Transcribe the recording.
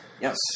Yes